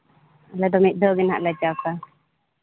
ᱟᱞᱮ ᱫᱚ ᱢᱤᱫ ᱫᱷᱟᱣ ᱜᱮᱦᱟᱸᱜ ᱞᱮ ᱪᱟᱥᱼᱟ